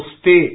stay